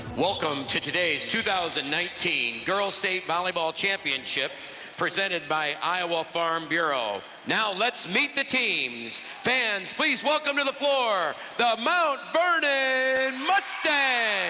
welcome to today's two thousand and nineteen girl's state volleyball championship presented by iowa farm bureau. now let's meet the teams. fans, please welcome to the floor, the mount vernon mustangs!